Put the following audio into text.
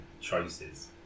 choices